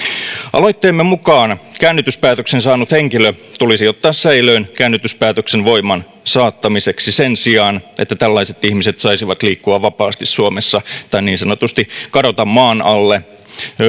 aloitteemme mukaan käännytyspäätöksen saanut henkilö tulisi ottaa säilöön käännytyspäätöksen voimaansaattamiseksi sen sijaan että tällaiset ihmiset saisivat liikkua vapaasti suomessa tai niin sanotusti kadota maan alle